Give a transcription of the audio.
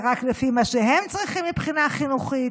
רק לפי מה שהם צריכים מבחינה חינוכית.